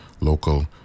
local